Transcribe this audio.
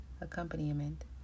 accompaniment